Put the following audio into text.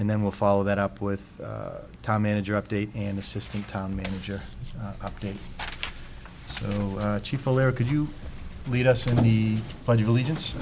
and then we'll follow that up with time manager update and assistant town manager update chief could you lead us in the pledge of allegiance